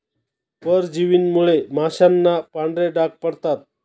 परजीवींमुळे माशांना पांढरे डाग पडतात